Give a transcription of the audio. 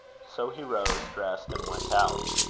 so he rose, dressed, and went out.